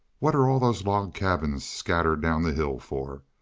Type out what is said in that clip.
what are all those log cabins scattered down the hill for?